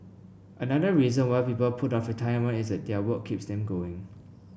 another reason why people put off retirement is that their work keeps them going